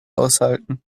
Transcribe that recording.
aushalten